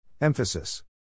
Emphasis